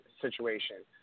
situation